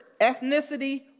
ethnicity